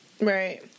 Right